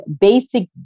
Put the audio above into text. basic